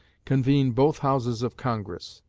convene both houses of congress.